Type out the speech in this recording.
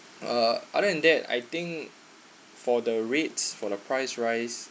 uh other than that I think for the rates for the price wise